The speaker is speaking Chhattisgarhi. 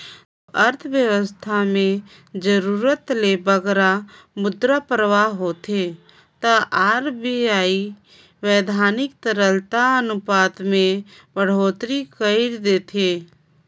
जब अर्थबेवस्था में जरूरत ले बगरा मुद्रा परवाह होथे ता आर.बी.आई बैधानिक तरलता अनुपात में बड़होत्तरी कइर देथे